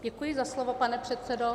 Děkuji za slovo, pane předsedo.